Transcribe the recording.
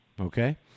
Okay